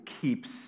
keeps